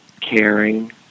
caring